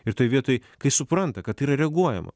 ir toj vietoj kai supranta kad yra reaguojama